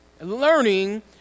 learning